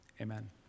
amen